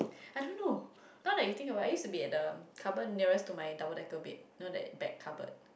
I don't know now that you think about it I used to be at the cupboard nearest to my double decker bed know that back cupboard